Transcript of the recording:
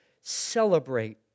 celebrate